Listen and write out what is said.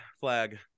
flag